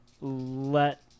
let